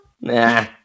nah